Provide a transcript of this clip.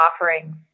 offerings